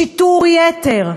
שיטור יתר,